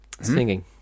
singing